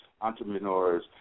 entrepreneurs